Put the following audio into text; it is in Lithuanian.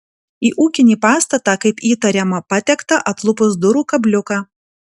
į ūkinį pastatą kaip įtariama patekta atlupus durų kabliuką